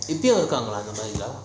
okay or not